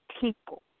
people